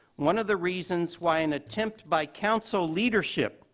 one of the reasons why an attempt by council leadership,